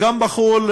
גם בחו"ל,